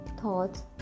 thoughts